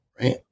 Right